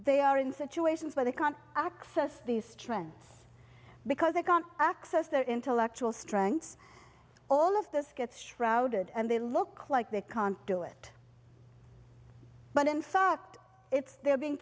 they are in situations where they can't access these trends because they can't access their intellectual strengths all of this gets shrouded and they look like they can do it but in fact it's the